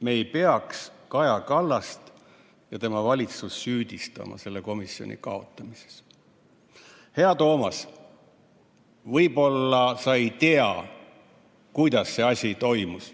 me ei peaks Kaja Kallast ja tema valitsust süüdistama selle komisjoni kaotamises. Hea Toomas, võib-olla sa ei tea, kuidas see asi toimus.